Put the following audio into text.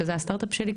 שזה הסטארט-אפ שלי.